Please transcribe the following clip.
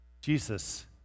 Jesus